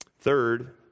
Third